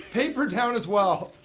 paper down as well.